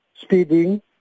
speeding